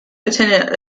antenna